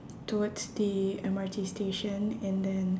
towards the M_R_T station and then